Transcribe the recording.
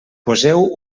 poseu